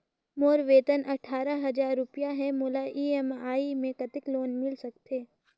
मोर वेतन अट्ठारह हजार रुपिया हे मोला ई.एम.आई मे कतेक लोन मिल सकथे?